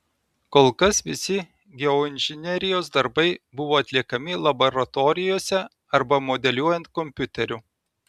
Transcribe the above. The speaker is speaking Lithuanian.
kol kas visi geoinžinerijos darbai buvo atliekami laboratorijose arba modeliuojant kompiuteriu